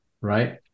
right